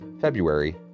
february